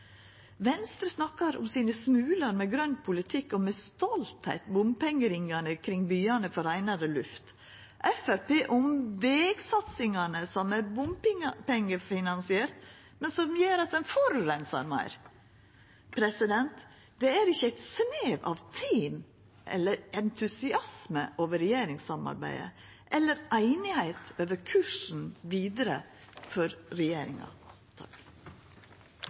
Venstre snakkar om sine smular av grøn politikk og stoltheita over bompengeringane kring byane for reinare luft, Framstegspartiet snakkar om vegsatsingane som er bompengefinansierte, men som gjer at ein forureinar meir. Det er ikkje snev av team eller entusiasme over regjeringssamarbeidet eller einigheit om kursen vidare for regjeringa.